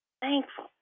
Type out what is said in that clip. thankful